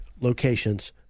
locations